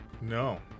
No